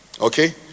okay